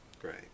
Great